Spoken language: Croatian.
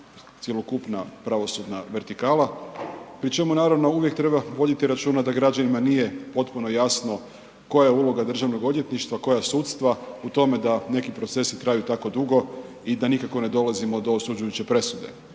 cjelokupna pravosudna vertikala, pri čemu naravno, uvijek treba voditi računa da građanima nije potpuno jasno koja je uloga DORH-a, koja sudstva u tome da neki procesi traju tako dugo i da nikako ne dolazimo do osuđujuće presude.